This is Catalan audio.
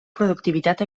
productivitat